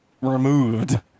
removed